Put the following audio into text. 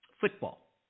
Football